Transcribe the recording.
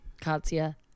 Katya